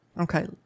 Okay